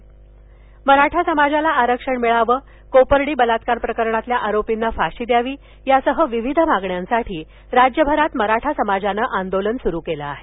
मराठा मोर्चाः मराठा समाजाला आरक्षण मिळावं कोपर्डी बलात्कार प्रकरणातील आरोपींना फाशी द्यावी यासह विविध मागण्यांसाठी राज्यभरात मराठा समाजानं आंदोलन स्रु केलं आहे